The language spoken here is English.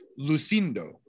Lucindo